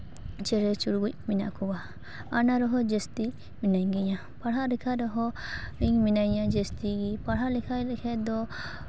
ᱪᱮᱬᱮ ᱪᱩᱲᱜᱩᱡ ᱢᱮᱱᱟᱜ ᱠᱚᱣᱟ ᱚᱱᱟ ᱨᱮᱦᱚᱸ ᱡᱟᱹᱥᱛᱤ ᱢᱤᱱᱟᱹᱜᱤᱧᱟᱹ ᱯᱟᱲᱦᱟᱜ ᱨᱮᱠᱷᱟ ᱨᱮᱦᱚᱸ ᱤᱧ ᱢᱤᱱᱟᱹᱧᱟᱹ ᱡᱟᱹᱥᱛᱤ ᱯᱟᱲᱦᱟᱣ ᱞᱮᱠᱷᱟ ᱞᱮᱠᱷᱟᱡ ᱫᱚ